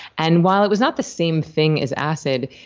and while it was not the same thing as acid,